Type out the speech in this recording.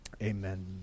Amen